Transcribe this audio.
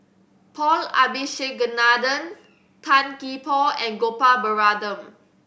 Paul Abisheganaden Tan Gee Paw and Gopal Baratham